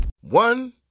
One